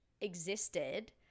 existed